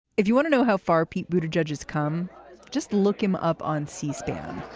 if you want to know how far pete boudreau judges come just look him up on c-span.